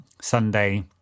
Sunday